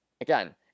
Again